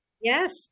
Yes